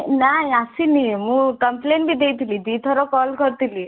ନା ଆସିନି ମୁଁ କମ୍ପ୍ଲେନ୍ ବି ଦେଇଥିଲି ଦୁଇଥର କଲ୍ କରିଥିଲି